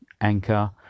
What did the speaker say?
Anchor